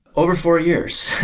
over four years.